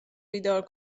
بیدار